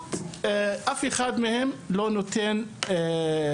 במציאות אף אחד מהם לא נותן מענה.